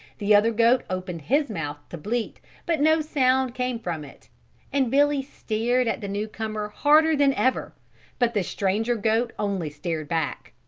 the other goat opened his mouth to bleat but no sound came from it and billy stared at the new-comer harder than ever but the stranger goat only stared back.